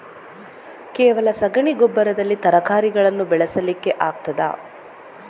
ಕೇವಲ ಸಗಣಿ ಗೊಬ್ಬರದಲ್ಲಿ ತರಕಾರಿಗಳನ್ನು ಬೆಳೆಸಲಿಕ್ಕೆ ಆಗ್ತದಾ?